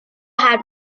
had